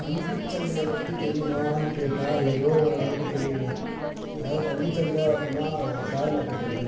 பங்கு சந்தையைப் பற்றி தெரியுமானு கேட்டால் ஏதோ ஓரளவுக்கு தெரியுங்க அதாவது பங்கு சந்தை அப்பிடினா ஷேர் மார்க்கெட்டு தானுங்க